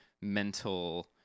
mental